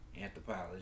anthropology